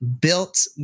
built